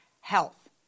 health